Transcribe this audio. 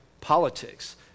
politics